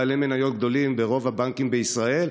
בעלי מניות גדולים ברוב הבנקים בישראל.